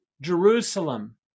Jerusalem